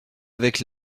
avec